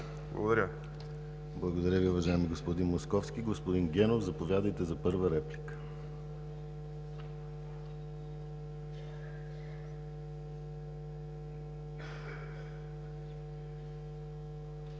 Благодаря Ви, уважаеми господин Московски. Господин Генов, заповядайте за първа реплика.